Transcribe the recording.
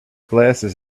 glasses